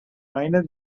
minor